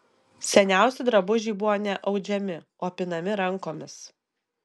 seniausi drabužiai buvo ne audžiami o pinami rankomis